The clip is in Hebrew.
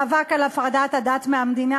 מאבק על הפרדת הדת מהמדינה.